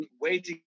waiting